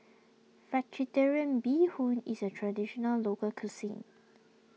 Vegetarian Bee Hoon is a Traditional Local Cuisine